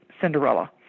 Cinderella